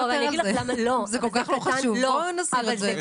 אם זה כל כך לא חשוב, בואו נסיר את זה.